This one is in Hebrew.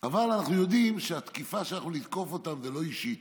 אבל אנחנו יודעים שהתקיפה שאנחנו נתקוף אותם היא לא אישית,